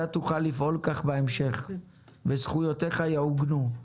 אתה תוכל לפעול כך בהמשך וזכויותיך יעוגנו.